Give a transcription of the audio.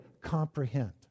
comprehend